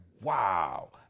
wow